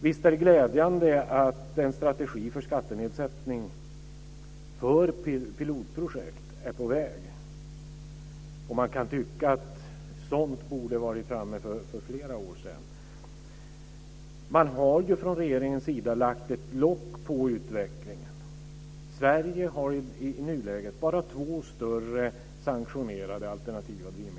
Visst är det glädjande att en strategi för skattenedsättning för pilotprojekt är på väg. Man kan tycka att sådant borde ha varit framme för flera år sedan. Regeringen har ju lagt ett lock på utvecklingen. Sverige har i nuläget bara två större sanktionerade alternativa drivmedel.